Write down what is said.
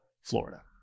Florida